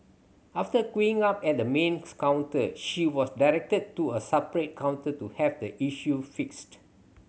after queuing up at the main counter she was directed to a separate counter to have the issue fixed